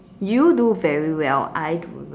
you do very well I do